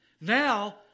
Now